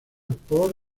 por